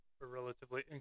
relatively